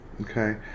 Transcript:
okay